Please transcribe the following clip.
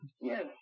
Yes